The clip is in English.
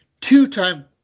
two-time